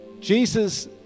Jesus